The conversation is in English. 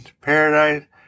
paradise